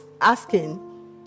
asking